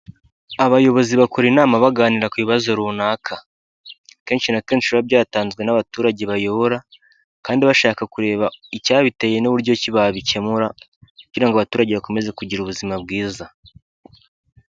Abayobozi bakora inama baganira ku bibazo runaka kenshi na kenshi biba byatanzwe n'abaturage bayobora, kandi bashaka kureba icyabiteyewe n'uburyo ki babikemura kugira ngo abaturage bakomeze kugira ubuzima bwiza.